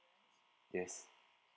yes